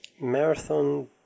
marathon